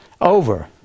over